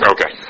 Okay